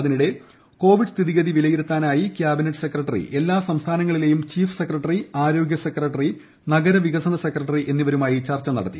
അതിനിടെ കോവിഡ് സ്ഥിതിഗതി വിലയിരുത്താനായി ക്യാബിനറ്റ് സെക്രട്ടറി എല്ലാ സംസ്ഥാനങ്ങളിലെയും ചീഫ് സെക്രട്ടറി ആരോഗൃ സെക്രട്ടറി നഗര വികസന സെക്രട്ടറി എന്നിവരുമായി ചർച്ച നടത്തി